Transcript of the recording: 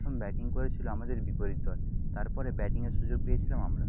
প্রথম ব্যাটিং করেছিলো আমাদের বিপরীত দল তারপরে ব্যাটিংয়ের সুযোগ পেয়েছিলাম আমরা